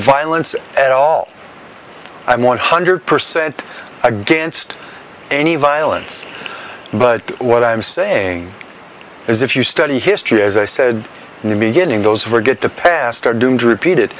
violence at all i'm one hundred percent against any violence but what i am saying is if you study history as i said in the beginning those forget the past are doomed to repeat